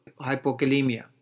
hypokalemia